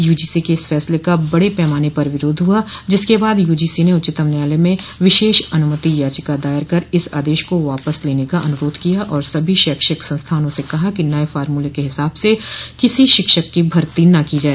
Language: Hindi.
यूजीसी के इस फैसले का बड़े पैमाने पर विरोध हुआ जिसके बाद यूजीसी ने उच्चतम न्यायालय में विशेष अनुमति याचिका दायर कर इस आदेश को वापस लेने का अनुरोध किया और सभी शैक्षिक संस्थानों से कहा कि नए फार्मूले के हिसाब से किसी शिक्षक की भर्ती न की जाए